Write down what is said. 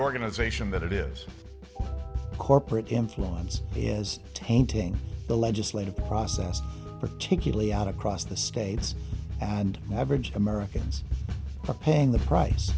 organization that it is corporate influence is tainting the legislative process particularly out across the states and average americans are paying the price